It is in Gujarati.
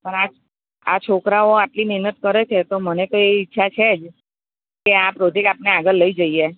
પણ આ આ છોકરાઓ આટલી મહેનત કરે છે તો મને કંઈ એવી ઈચ્છા છે જ કે આ પ્રોજેક્ટ આપણે આગળ લઈ જઈએ